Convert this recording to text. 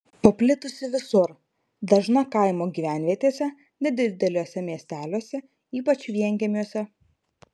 paplitusi visur dažna kaimo gyvenvietėse nedideliuose miesteliuose ypač vienkiemiuose